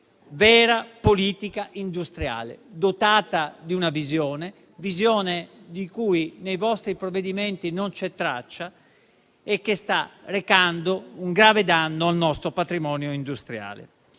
vera politica industriale, dotata di una visione di cui nei vostri provvedimenti non c'è traccia. Tale mancanza sta arrecando un grave danno al nostro patrimonio industriale.